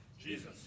Jesus